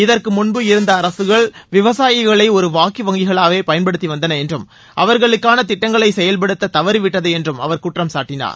இதற்கு முன்பு இருந்த அரசுகள் விவசாயிகளை ஒரு வாக்கு வங்கிகளாகவே பயன்படுத்தி வந்தன என்றும் அவர்களுக்கான திட்டங்களை செயல்படுத்த தவறிவிட்டது என்று அவர் குற்றம் சாட்டினார்